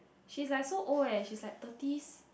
she's like so old eh she's like thirty's